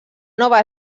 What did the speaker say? nova